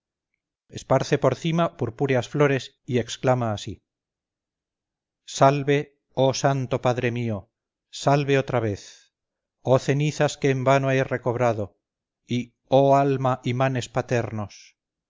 esparce por cima purpúreas flores y exclama así salve oh santo padre mío salve otra vez oh cenizas que en vano he recobrado y oh alma y manes paternos